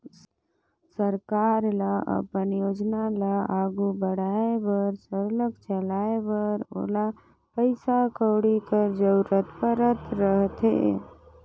सरकार ल अपन योजना ल आघु बढ़ाए बर सरलग चलाए बर ओला पइसा कउड़ी कर जरूरत परत रहथे